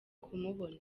kumubona